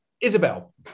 Isabel